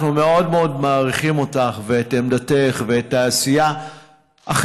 אנחנו מאוד מאוד מעריכים אותך ואת עמדתך ואת העשייה החלקית,